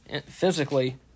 Physically